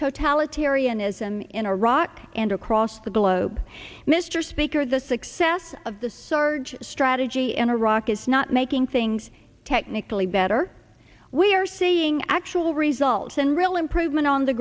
totalitarianism in iraq and across the globe mr speaker the success of the surge strategy in iraq is not making things technically better we are seeing actual results and real improvement on the